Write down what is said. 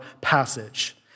passage